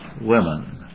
women